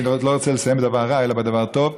אני לא רוצה לסיים בדבר רע, אלא בדבר טוב.